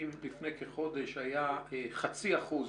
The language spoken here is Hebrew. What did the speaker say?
אם לפני כחודש היה חצי אחוז,